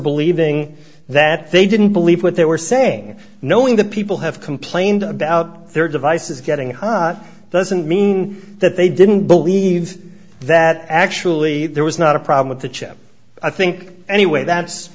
believing that they didn't believe what they were saying knowing that people have complained about their devices getting hot doesn't mean that they didn't believe that actually there was not a problem with the chip i think anyway that's